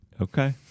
okay